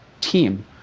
team